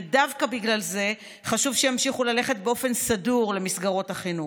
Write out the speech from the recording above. ודווקא בגלל זה חשוב שימשיכו ללכת באופן סדור למסגרות החינוך.